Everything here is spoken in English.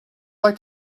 like